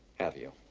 have you?